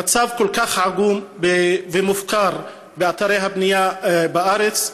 המצב כל כך עגום ומופקר באתרי הבנייה בארץ,